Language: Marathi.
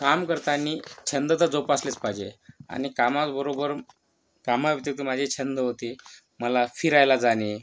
काम करतानी छंद तर जोपासलेच पाहिजे आणि कामाबरोबर कामाव्यतीरिक्त माझे छंद होते मला फिरायला जाणे